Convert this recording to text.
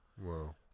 Wow